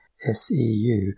SEU